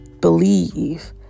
believe